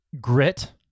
grit